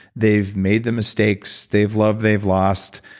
they've made the mistakes. they've loved, they've lost.